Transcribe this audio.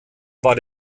war